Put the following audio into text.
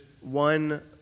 one